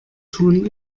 tun